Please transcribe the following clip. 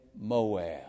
Moab